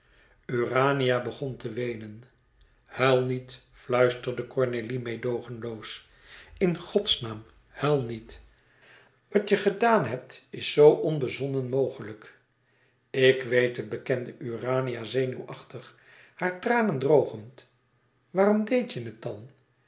urania begon te weenen huil niet fluisterde cornélie meêdoogenloos in godsnaam huil niet wat je gedaan hebt is zoo onbezonnen mogelijk k weet het bekende urania zenuwachtig hare tranen drogend waarom deed je het dan